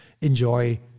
enjoy